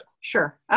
Sure